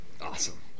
Awesome